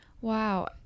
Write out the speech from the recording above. Wow